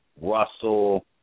Russell